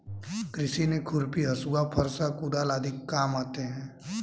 कृषि में खुरपी, हँसुआ, फरसा, कुदाल आदि काम आते है